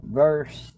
verse